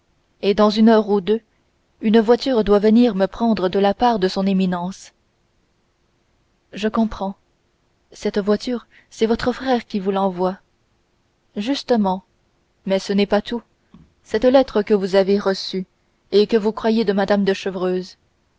et dans une heure ou deux une voiture doit venir me prendre de la part de son éminence je comprends cette voiture c'est votre frère qui vous l'envoie justement mais ce n'est pas tout cette lettre que vous avez reçue et que vous croyez de mme chevreuse